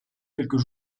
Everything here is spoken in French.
quelques